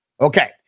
Okay